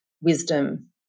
wisdom